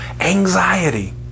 anxiety